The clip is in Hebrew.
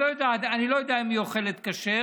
אני לא יודע אם היא אוכלת כשר.